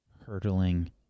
hurtling